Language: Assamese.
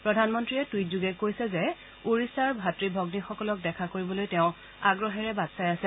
প্ৰধানমন্ত্ৰীয়ে টুইট যোগে কৈছে যে ওড়িশাৰ ভাতৃ ভগ্নীসকলক দেখা কৰিবলৈ তেওঁ আগ্ৰহেৰে বাট চাই আছে